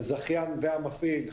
הזכיין והמפעיל,